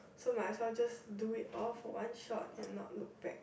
so myself just do it all for one shot and not look back